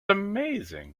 amazing